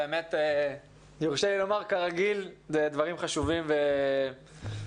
אם יורשה לי לומר, כרגיל דברים חשובים ומוצדקים.